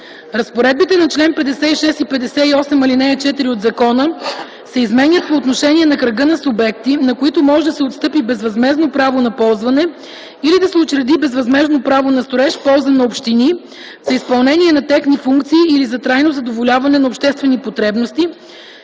Разпоредбите на чл. 56 и чл. 58, ал. 4 от закона се изменят по отношение на кръга от субекти, на които може да се отстъпи безвъзмездно право на ползване или да се учреди безвъзмездно право на строеж в полза на общини за изпълнение на техни функции или за трайно задоволяване на обществени потребности,